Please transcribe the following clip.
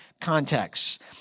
context